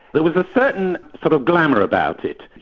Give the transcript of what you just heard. there was a certain sort of glamour about it.